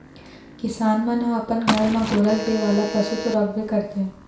किसान मन ह अपन घर म गोरस दे वाला पशु तो राखबे करथे